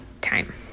Time